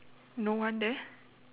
no one there